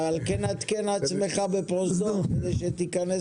על כן התקן עצמך בפרוזדור כדי שתיכנס